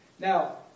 Now